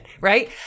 right